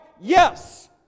Yes